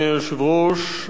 אדוני היושב-ראש,